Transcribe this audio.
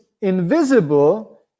invisible